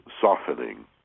softening